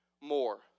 more